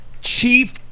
chief